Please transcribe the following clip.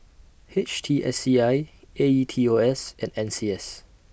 H T S C I A E T O S and N C S